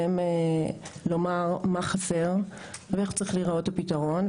לומר מה חסר ואיך צריך להיראות הפתרון.